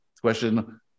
question